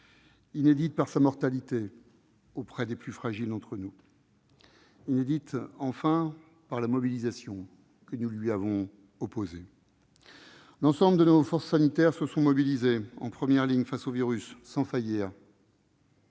inédite par sa mortalité auprès des plus fragiles d'entre nous, inédite, enfin, par la mobilisation que nous lui avons opposée. L'ensemble de nos forces sanitaires se sont mobilisées, en première ligne face au virus, sans faillir.